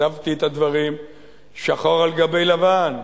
כתבתי את הדברים שחור על גבי לבן,